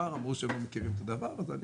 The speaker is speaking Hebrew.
אני לא רוצה להזכיר לך את חאן אל אחמר אבל אני